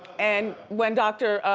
and when dr.